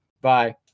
Bye